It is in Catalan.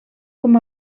com